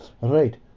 Right